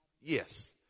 Yes